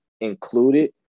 included